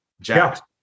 Jack